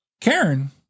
Karen